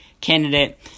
candidate